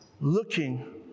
looking